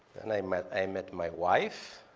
and i met i met my wife,